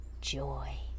joy